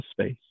space